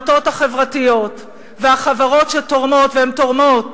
העמותות החברתיות והחברות שתורמות, והן תורמות,